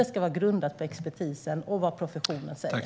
Det ska vara grundat på vad expertisen och professionen säger.